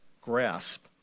grasp